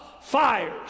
fires